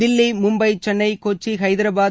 Delhi Mumbai Chennai Kochi Hyderabad